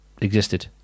existed